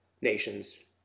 nations